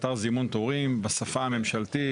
אתר זימון תורים בשפה הממשלתית.